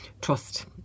Trust